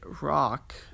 rock